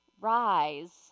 rise